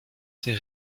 ses